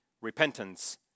Repentance